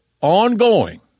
ongoing